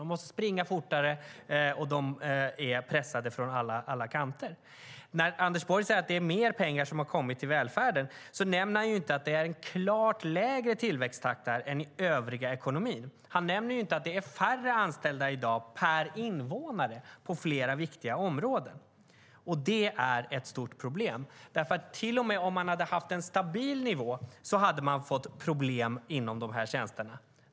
De måste springa fortare, och de är pressade från alla kanter. När Anders Borg säger att det har kommit mer pengar till välfärden nämner han inte att det är en klart lägre tillväxttakt där än i den övriga ekonomin. Han nämner inte att det i dag är färre anställda per invånare på flera viktiga områden. Det är ett stort problem. Till och med om man hade haft en stabil nivå hade man fått problem inom dessa tjänster.